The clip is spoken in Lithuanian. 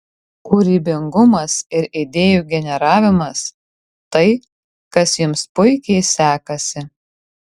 kūrybingumas ir idėjų generavimas tai kas jums puikiai sekasi